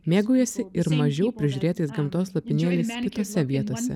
mėgaujasi ir mažiau prižiūrėtais gamtos lopinėliais kitose vietose